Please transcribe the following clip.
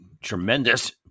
tremendous